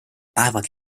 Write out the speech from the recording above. päevad